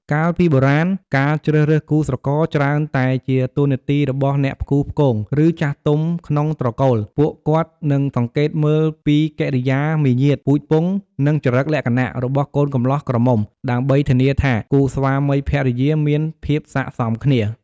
កាលពីបុរាណ ការជ្រើសរើសគូស្រករច្រើនតែជាតួនាទីរបស់ អ្នកផ្គូផ្គង ឬ ចាស់ទុំក្នុងត្រកូល ពួកគាត់នឹងសង្កេតមើលពី កិរិយាមារយាទ ពូជពង្ស និង ចរិតលក្ខណៈ របស់កូនកម្លោះក្រមុំ ដើម្បីធានាថាគូស្វាមីភរិយាមានភាពស័ក្តិសមគ្នា។